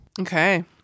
Okay